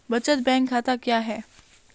बचत बैंक खाता क्या है?